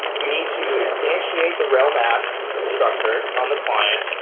you need to instantiate the realm app constructor on the client.